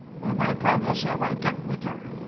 for my promise have i kept with her.